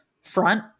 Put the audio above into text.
front